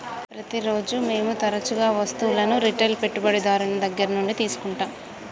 ప్రతిరోజు మేము తరచుగా వస్తువులను రిటైల్ పెట్టుబడిదారుని దగ్గర నుండి తీసుకుంటాం